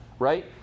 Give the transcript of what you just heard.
Right